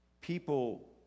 people